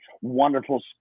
wonderful